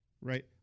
right